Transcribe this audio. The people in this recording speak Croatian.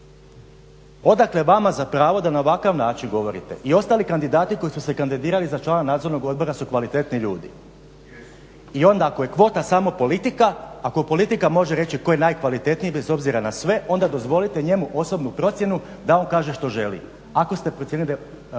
odakle vama za pravo da na ovakav način govorite i ostali kandidati koji su se kandidirali za člana nadzornog odbora su kvalitetni ljudi i onda ako je kvota samo politika, ako politika može reći tko je najkvalitetniji bez obzira na sve onda dozvolite njemu osobnu procjenu da on kaže što želi, ako ste procijenili